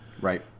Right